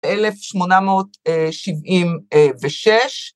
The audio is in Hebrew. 1876.